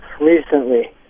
recently